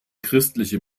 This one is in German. christliche